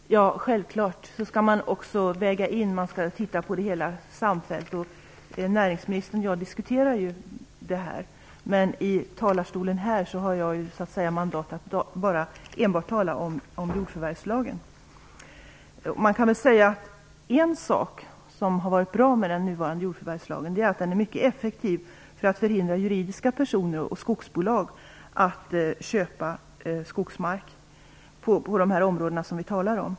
Herr talman! Självklart skall man också väga in det hela och se det samfällt. Näringsministern och jag diskuterar det här, men i talarstolen här har jag mandat att enbart tala om jordförvärvslagen. Man kan säga att en sak som har varit bra med den nuvarande jordförvärvslagen är att den är mycket effektiv för att förhindra juridiska personer och skogsbolag att köpa skogsmark på de områden som vi talar om.